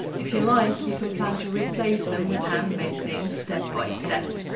if you like, you can plan to replace them with handmade things step by step.